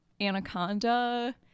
Anaconda